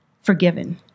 forgiven